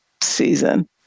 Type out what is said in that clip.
season